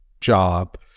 job